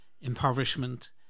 impoverishment